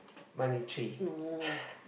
money tree